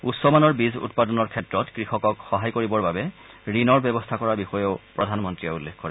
উচ্চমানৰ বীজ উৎপাদনৰ ক্ষেত্ৰত কৃষকক সহায় কৰিবৰ বাবে ঋণৰ ব্যৱস্থা কৰাৰ বিষয়েও প্ৰধানমন্ত্ৰীয়ে উল্লেখ কৰে